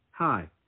Hi